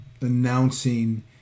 announcing